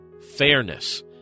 fairness